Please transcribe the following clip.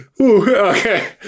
Okay